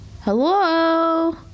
Hello